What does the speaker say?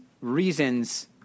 reasons